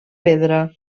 pedra